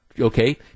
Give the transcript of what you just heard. Okay